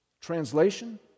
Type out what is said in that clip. Translation